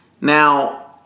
now